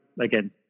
again